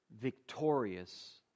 victorious